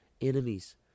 enemies